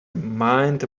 mind